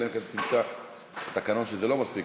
אלא אם כן אתה תמצא בתקנון שזה לא מספיק,